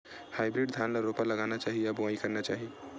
Hybrid धान ल रोपा लगाना चाही या बोआई करना चाही?